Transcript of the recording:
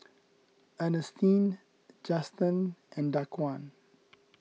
Ernestine Juston and Daquan